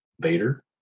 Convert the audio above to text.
Vader